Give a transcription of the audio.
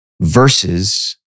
versus